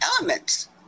elements